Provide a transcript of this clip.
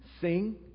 sing